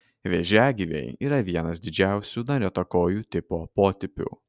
vėžiagyviai yra vienas didžiausių nariuotakojų tipo potipių